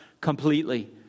completely